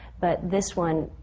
but this one,